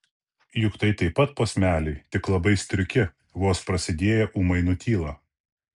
juk tai taip pat posmeliai tik labai striuki vos prasidėję ūmai nutyla